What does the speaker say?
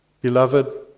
Beloved